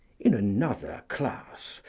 in another class,